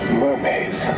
mermaids